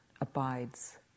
abides